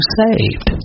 saved